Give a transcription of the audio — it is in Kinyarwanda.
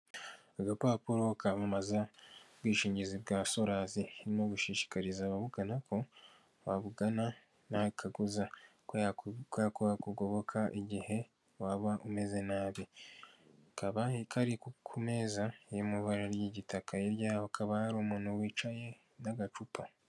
Agapapuro kamamaza ubwishingizi bwa sorasi irimo gushishikariza abamugana ko babugana nta kabuza, ko bakugoboka igihe waba umeze nabi, kakaba kari ku meza, iri mu ibara ry'igitakaye, hirya yaho hakaba hari umuntu wicaye n'agacupa.